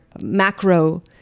macro